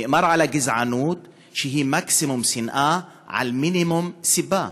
נאמר על הגזענות שהיא מקסימום שנאה במינימום סיבה.